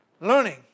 Learning